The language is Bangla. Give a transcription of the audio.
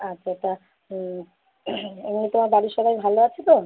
আচ্ছা তা এমনি তোমার বাড়ির সবাই ভালো আছে তো